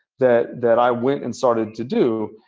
that that i went and started to do.